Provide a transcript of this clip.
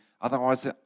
otherwise